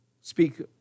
speak